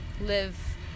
Live